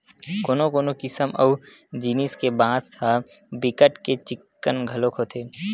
कोनो कोनो किसम अऊ जिनिस के बांस ह बिकट के चिक्कन घलोक होथे